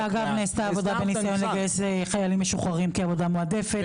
גם נעשתה עבודה לנסות לגייס חיילים משוחררים כעבודה מועדפת,